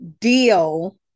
deal